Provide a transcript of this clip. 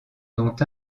dont